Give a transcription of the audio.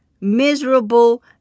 miserable